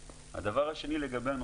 סטודנטים שלומדים היום בפקולטות